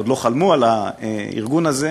עוד לא חלמו על הארגון הזה.